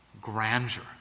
grandeur